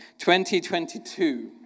2022